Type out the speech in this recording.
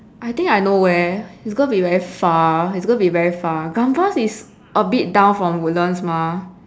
I think I know where it's going to be very far it's going to be very far Gambas is a bit down from woodlands mah